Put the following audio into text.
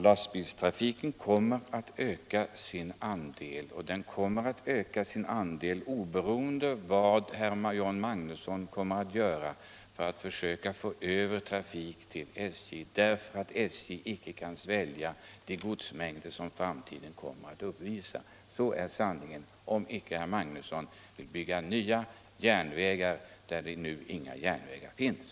Lastbilstrafiken kommer att öka sin andel, oberoende av vad herr Magnusson i Kristinehamn gör för att söka få över trafik till SJ, därför att Tratikpolitiken Trafikpolitiken SJ icke kan klara de starkt ökade godsmängder som framtiden kommer att uppvisa. Det är sanningen — såvida inte herr Magnusson vill bygga nya järnvägar där det nu inga järnvägar finns.